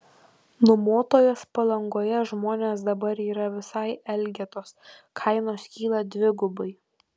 nuomotojas palangoje žmonės dabar yra visai elgetos kainos kyla dvigubai